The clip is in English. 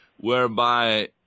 whereby